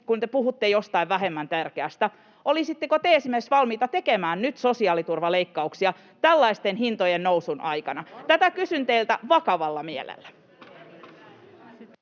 kun te puhutte jostain vähemmän tärkeästä? Olisitteko te esimerkiksi valmiita tekemään nyt sosiaaliturvaleikkauksia tällaisen hintojen nousun aikana? Tätä kysyn teiltä vakavalla mielellä.